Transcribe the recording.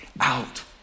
out